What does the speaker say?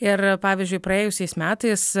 ir pavyzdžiui praėjusiais metais